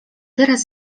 teraz